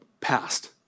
passed